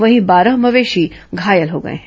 वहीं बारह मवेशी घायल हो गए हैं